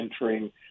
entering